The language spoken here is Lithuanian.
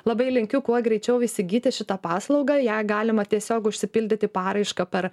labai linkiu kuo greičiau įsigyti šitą paslaugą ją galima tiesiog užsipildyti paraišką per